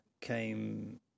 came